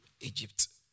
Egypt